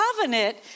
covenant